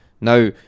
Now